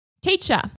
Teacher